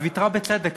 וויתרה בצדק,